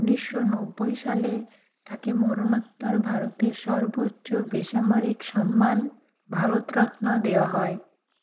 উনিশশো নব্বই সালে তাকে মরণোত্তর ভারতের সর্বোচ্চ বেসামারিক সম্মান ভারতরত্ন দেওয়া হয়